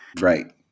Right